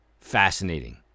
fascinating